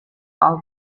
all